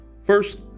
First